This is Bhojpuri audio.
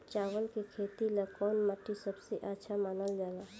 चावल के खेती ला कौन माटी सबसे अच्छा मानल जला?